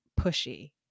pushy